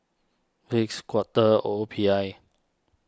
Vicks Quaker O P I